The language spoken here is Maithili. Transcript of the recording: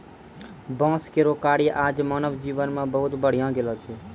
बांस केरो कार्य आज मानव जीवन मे बहुत बढ़ी गेलो छै